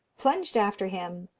plunged after him,